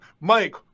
Mike